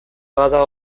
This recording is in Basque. bada